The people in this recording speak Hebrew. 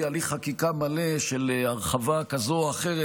הליך חקיקה מלא של הרחבה כזו או אחרת,